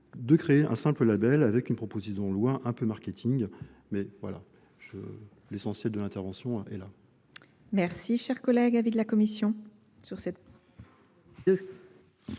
de créer un simple label avec une proposition loin, un peu marketing. Mais voilà, je l'essentiel de l'intervention est là. Cher collègue, avis de la commission